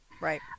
Right